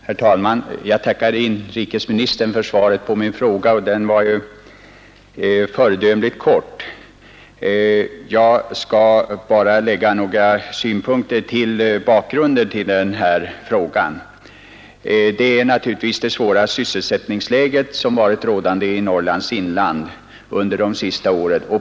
Herr talman! Jag tackar industriministern för svaret på min fråga. Det var föredömligt kort, och jag skall bara anföra några synpunkter rörande bakgrunden till frågan. Bakgrunden är naturligtvis det svåra sysselsättningsläget i Norrlands inland under de senaste åren.